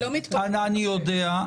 אני לא --- אני יודע,